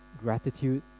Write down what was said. gratitude